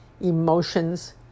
emotions